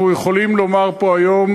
אנחנו יכולים לומר פה היום,